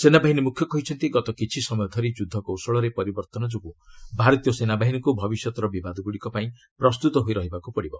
ସେନାବାହିନୀ ମୁଖ୍ୟ କହିଛନ୍ତି ଗତ କିଛି ସମୟ ଧରି ୟୁଦ୍ଧକୌଶଳରେ ପରିବର୍ତ୍ତନ ଯୋଗୁଁ ଭାରତୀୟ ସେନାବାହିନୀକୁ ଭବିଷ୍ୟତର ବିବାଦଗୁଡ଼ିକ ପାଇଁ ପ୍ରସ୍ତୁତ ହୋଇ ରହିବାକୁ ପଡ଼ିବ